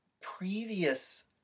previous